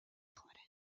خوره